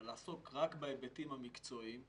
ולעשות רק בהיבטים המקצועיים,